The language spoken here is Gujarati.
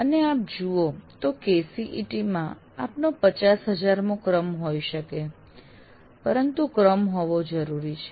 અને આપ જુઓ તો KCET કર્ણાટક સામાન્ય પ્રવેશ પરીક્ષા માં આપનો 50000 મો ક્રમ હોઈ શકે છે પરંતુ ક્રમ હોવો જરૂરી છે